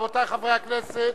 רבותי חברי הכנסת,